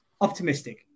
optimistic